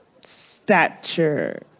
stature